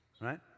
Right